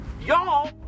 Y'all